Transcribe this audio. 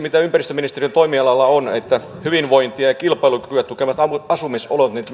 mitä ympäristöministeriön toimialalla on nämä hyvinvointia ja kilpailukykyä tukevat asumisolot